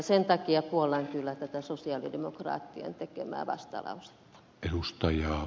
sen takia puollan kyllä tätä sosialidemokraattien tekemää vastalausetta